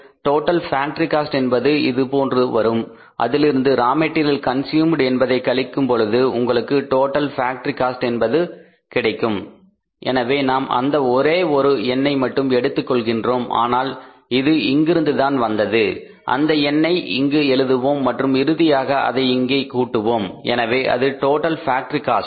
total factory cost என்பது இது போன்று வரும் அதிலிருந்து ரா மெட்டீரியல் கன்ஸ்யூம்ட் என்பதை கழிக்கும் பொழுது உங்களுக்கு டோட்டல் ஃபேக்டரி ஓவர்ஹெட்ஸ் என்பது கிடைக்கும் எனவே நாம் அந்த ஒரே ஒரு எண்ணை மட்டும் எடுத்துக் கொள்கின்றோம் ஆனால் இது இங்கிருந்துதான் வந்தது அந்த என்னை இங்கு எழுதுவோம் மற்றும் இறுதியாக அதை இங்கே கூட்டுவோம் எனவே அது டோட்டல் ஃபேக்டரி காஸ்ட்